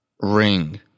Ring